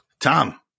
Tom